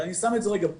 אבל אני שם את זה בצד.